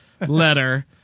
letter